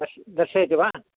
पश्य् दर्शयति वा